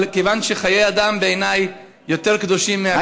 אבל כיוון שחיי אדם בעיניי קדושים יותר מכול,